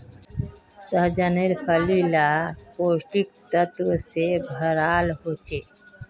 सह्जानेर फली ला पौष्टिक तत्वों से भराल होचे